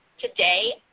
Today